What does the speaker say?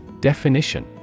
Definition